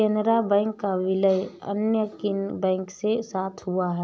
Canara bank का विलय अन्य किन बैंक के साथ हुआ है?